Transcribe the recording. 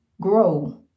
grow